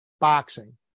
boxing